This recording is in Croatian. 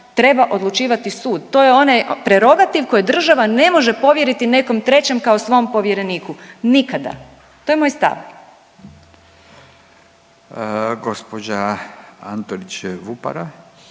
treba odlučivati sud. To je prerogativ koji država ne može povjeriti nekom trećem kao svom povjereniku, nikada. To je moj stav. **Radin, Furio